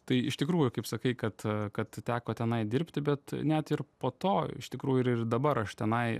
tai iš tikrųjų kaip sakai kad kad teko tenai dirbti bet net ir po to iš tikrųjų ir ir dabar aš tenai